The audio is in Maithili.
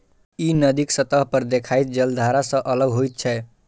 ई नदीक सतह पर देखाइत जलधारा सं अलग होइत छै